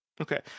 Okay